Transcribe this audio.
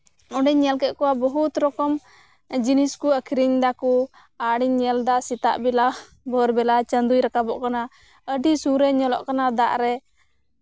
ᱚᱸᱰᱮᱧ ᱧᱮᱞ ᱠᱮᱫ ᱠᱚᱣᱟ ᱵᱚᱦᱩᱫ ᱨᱚᱠᱚᱢ ᱡᱤᱱᱤᱥ ᱠᱚ ᱟᱠᱷᱨᱤᱧ ᱫᱟᱠᱚ ᱟᱨᱤᱧ ᱧᱮᱞᱫᱟ ᱥᱮᱛᱟᱜ ᱵᱮᱞᱟ ᱵᱷᱳᱨ ᱵᱮᱞᱟ ᱪᱟᱸᱫᱩᱭ ᱨᱟᱠᱟᱵᱚᱜ ᱠᱟᱱᱟ ᱟᱹᱰᱤ ᱥᱩᱨ ᱨᱮᱭ ᱧᱮᱞᱚᱜ ᱠᱟᱱᱟ ᱫᱟᱜ ᱨᱮ